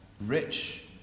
rich